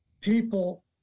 people